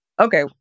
okay